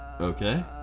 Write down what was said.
Okay